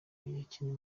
yakinnye